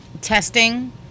testing